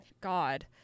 God